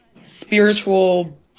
spiritual